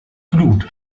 glut